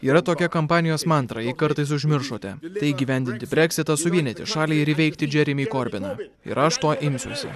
yra tokia kampanijos mantrą jei kartais užmiršote tai įgyvendinti breksitą suvienyti šalį ir įveikti džeremį korbiną ir aš to imsiuosi